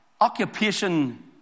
Occupation